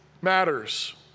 matters